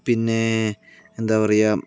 പിന്നെ എന്താ പറയുക